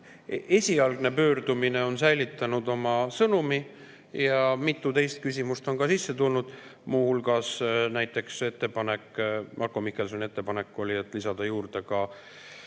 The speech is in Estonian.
Esialgne pöördumine on säilitanud oma sõnumi ja mitu teist küsimust on ka sisse tulnud, muu hulgas näiteks Marko Mihkelsoni ettepanek lisada juurde üks